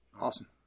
Awesome